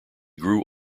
grew